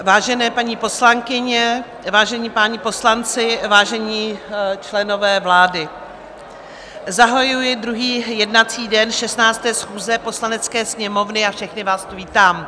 Vážené paní poslankyně, vážení páni poslanci, vážení členové vlády, zahajuji druhý jednací den 16. schůze Poslanecké sněmovny a všechny vás tu vítám.